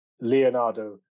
Leonardo